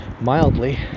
mildly